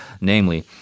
namely